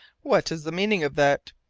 what is the meaning of that?